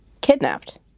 Kidnapped